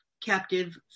captive